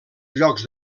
llocs